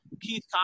Keith